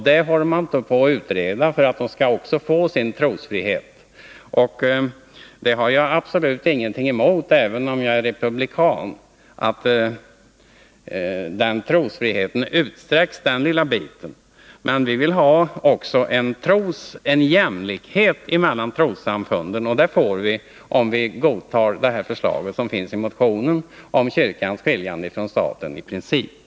Det pågår en utredning om att även kungen skall få sin trosfrihet. Jag har absolut ingenting emot, även om jag är republikan, att trosfriheten utsträcks den lilla biten. Men vi vill också ha en jämlikhet mellan trossamfunden, och det får vi om vi godtar förslaget i motionen om att kyrkan i princip skall skiljas från staten.